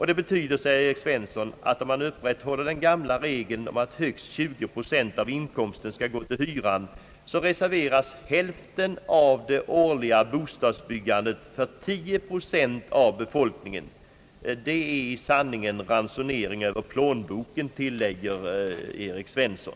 Det betyder, säger Erik Svensson, att om man upprätthåller den gamla regeln att högst 20 procent av inkomsten skall gå till hyra, reserveras hälften av det årliga bostadsbyggandet för 10 procent av befolkningen. Det är i sanning en ransonering över plånboken, säger Erik Svensson.